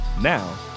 Now